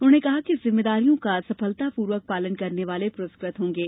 उन्होंने कहा कि जिम्मेदारियों का सफलतापूर्वक पालन करने वाले पुरस्कृत होंगे